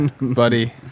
Buddy